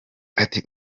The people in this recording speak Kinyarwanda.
ati